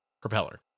propeller